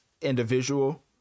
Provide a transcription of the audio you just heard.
individual